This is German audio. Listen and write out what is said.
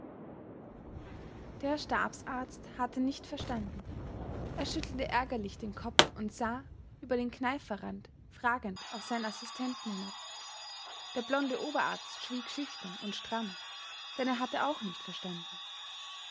der herr stabsarzt hatte nicht verstanden er schüttelte ärgerlich den kopf und sah über den kneiferrand fragend auf seinen assistenten hinab der blonde oberarzt schwieg schüchtern und stramm denn er hatte auch nicht verstanden